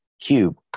cube